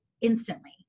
instantly